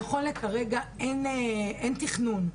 נכון לכרגע אין תכנון,